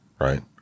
right